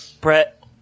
Brett